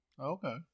Okay